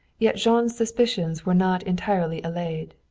yet jean's suspicions were not entirely allayed.